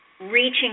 reaching